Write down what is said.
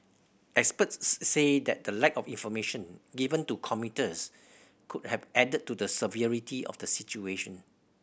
experts say that the lack of information given to commuters could have added to the severity of the situation